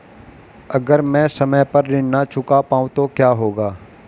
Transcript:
अगर म ैं समय पर ऋण न चुका पाउँ तो क्या होगा?